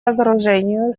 разоружению